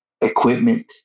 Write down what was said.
equipment